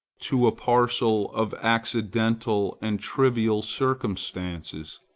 to a parcel of accidental and trivial circumstances.